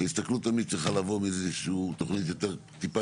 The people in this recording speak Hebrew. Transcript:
ההסתכלות תמיד צריכה לבוא מאיזושהי תוכנית טיפה